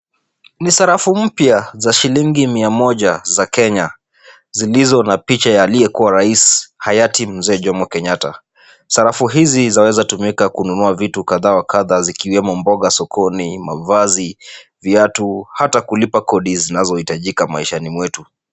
Ni sarafu mpya za shilingi mia moja za Kenya zilizo na picha ya aliyekuwa raisi hayati mzee Jomo Kenyatta. Sarafu hizi zaweza tumika kununua vitu kadha awa kadhaa zikiwemo mboga sokoni, mavazi, viatu hata kulipa kodi zinazohitajika maishani mwetu.